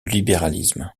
libéralisme